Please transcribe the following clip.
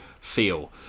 feel